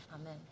Amen